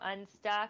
unstuck